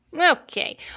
Okay